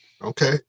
Okay